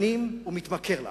שנים הוא מתמכר לה.